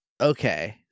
Okay